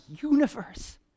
universe